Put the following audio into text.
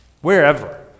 Wherever